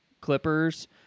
Clippers